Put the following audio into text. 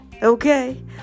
Okay